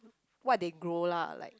what they grow lah like